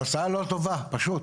התוצאה לא טובה, פשוט.